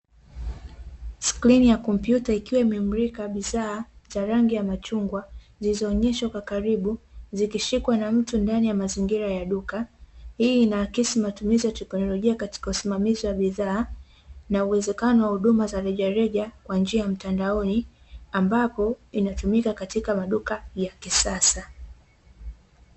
Skrini ya kompyuta ikiwa imemulika bidhaa za rangi ya machungwa, zilizoonyeshwa kwa karibu, zikishikwa na mtu ndani ya mazingira ya duka. Hii inaakisi matumizi ya teknolojia katika usimamizi wa bidhaa, na uwezekano wa huduma za rejareja kwa njia ya mtandaoni, ambapo inatumika katika maduka ya kisasa.